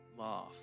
laugh